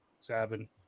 seven